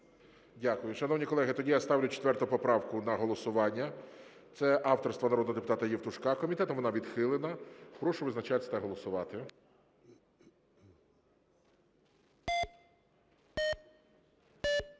Дякую. Шановні колеги, тоді я ставлю 4 поправку на голосування. Це авторства народного депутата Євтушка. Комітетом вона відхилена. Прошу визначатись та голосувати.